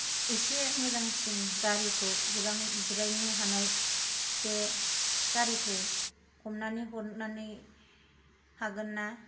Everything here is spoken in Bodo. इसे मोजांसिन गारिखौ जिरायनो हानाय बे गारिखौ हमनानै हरनानै हागोन ना